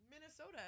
Minnesota